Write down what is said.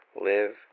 live